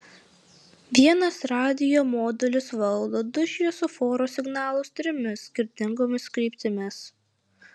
vienas radijo modulis valdo du šviesoforo signalus trimis skirtingomis kryptimis